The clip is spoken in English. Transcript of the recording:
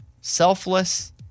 Selfless